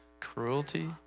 Cruelty